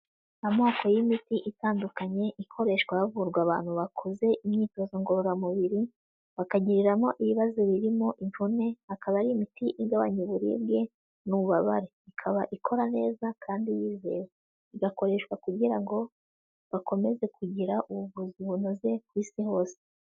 Amoko y'imiti itandukanye ikoreshwa havurwa abantu bakoze imyitozo ngororamubiri bakagiriramo ibibazo birimo imvune, akaba ari imiti igabanya uburibwe n'ububabare, ikaba ikora neza kandi yizewe igakoreshwa kugira ngo bakomeze kugira ubuvuzi bunoze ku isi hose.